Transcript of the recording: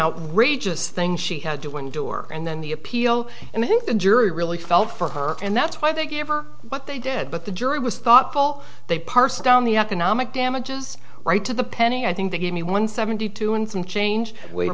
outrageous thing she had to endure and then the appeal and i think the jury really felt for her and that's why they gave her what they did but the jury was thoughtful they parsed down the economic damages right to the penny i think they gave me one seventy two and some change